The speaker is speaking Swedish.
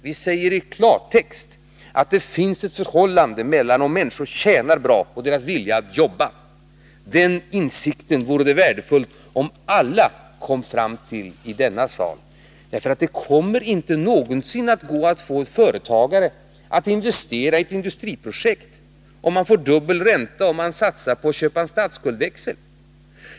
Vi säger i klartext att det finns ett samband mellan människors inkomst och deras vilja att jobba. Det vore värdefullt om alla i denna sal kom fram till den insikten. Man kan inte någonsin få en företagare att investera i ett industriprojekt, om han får dubbel ränta om han istället köper en statsskuldväxel.